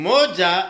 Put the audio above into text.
Moja